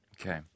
Okay